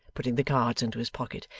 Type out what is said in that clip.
putting the cards into his pocket.